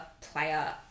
player